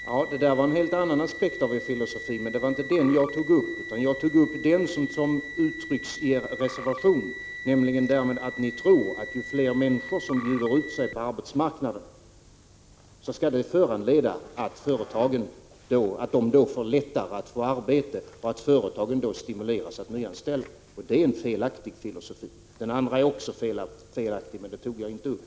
Herr talman! Detta var en helt annan aspekt på moderaternas filosofi, men det var inte den jag tog upp, utan den som uttrycks i moderaternas reservation. Där tror ni att ju fler människor som bjuder ut sig på arbetsmarknaden, desto lättare blir det för dem att få arbete eftersom företagen stimuleras till nyanställningar. Detta är en felaktig filosofi. Den andra är också felaktig, men det tog jag inte upp.